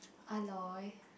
Aloy